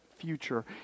future